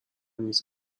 نیست